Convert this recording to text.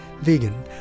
vegan